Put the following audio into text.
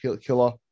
killer